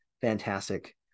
fantastic